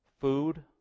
food